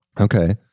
Okay